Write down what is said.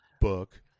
Book